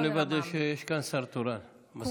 נא לוודא שיש כאן שר תורן, מזכירת הכנסת.